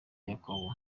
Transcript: yakobo